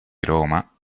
roma